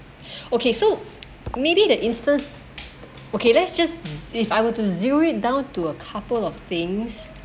okay so maybe the instance okay let's just if I were to zero it down to a couple of things